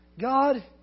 God